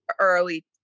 early